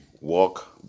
walk